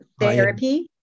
therapy